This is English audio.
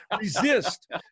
resist